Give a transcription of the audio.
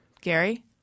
Gary